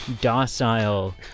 docile